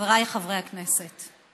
חבריי חברי הכנסת,